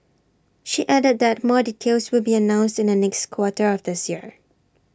she added that more details will be announced in the next quarter of this year